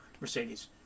Mercedes